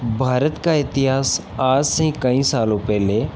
भारत का इतिहास आज से कई सालों पहले